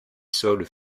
sols